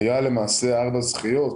היה ארבע זכיות.